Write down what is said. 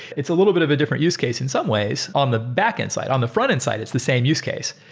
it's a little bit of a different use case in some ways on the backend ide. on the frontend side, it's the same use case.